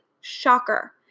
Shocker